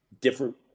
different